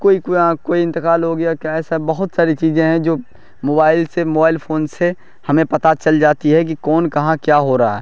کوئی کوئی انتقال ہو گیا کیا ہے سب بہت ساری چیزیں ہیں جو موبائل سے موبائل فون سے ہمیں پتہ چل جاتی ہیں کہ کون کہاں کیا ہو رہا ہے